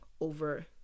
over